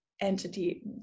entity